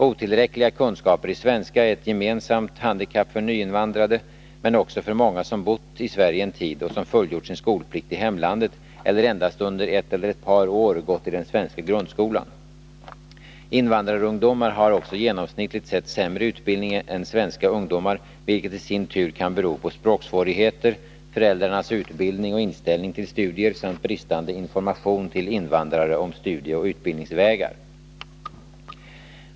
Otillräckliga kunskaper i svenska är ett gemensamt handikapp för nyinvandrade, men också för många som bott i Sverige en tid och som fullgjort sin skolplikt i hemlandet eller endast under ett eller ett par år gått i den svenska grundskolan. Invandrarungdomar har också genomsnittligt sett sämre utbildning än svenska ungdomar, vilket i sin tur kan bero på språksvårigheter, föräldrarnas utbildning och inställning till studier samt bristande information till invandrare om studieoch utbildningsvägar.